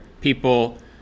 people